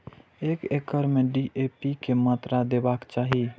एक एकड़ में डी.ए.पी के मात्रा देबाक चाही?